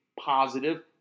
positive